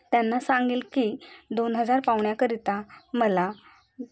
त्यांना सांगेल की दोन हजार पाहुण्याकरिता मला